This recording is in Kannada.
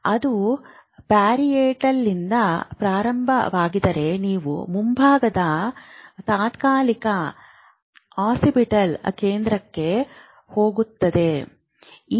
ಅದು ಪ್ಯಾರಿಯೆಟಲ್ನಿಂದ ಪ್ರಾರಂಭವಾದರೆ ನೀವು ಮುಂಭಾಗದ ತಾತ್ಕಾಲಿಕ ಆಕ್ಸಿಪಿಟಲ್ ಕೇಂದ್ರಕ್ಕೆ ಹೋಗುತ್ತೀರಿ